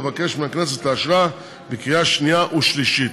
ואבקש מהכנסת לאשרה בקריאה השנייה והשלישית.